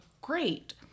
great